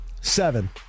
Seven